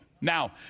Now